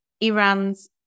Iran's